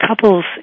couples